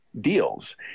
deals